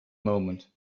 moment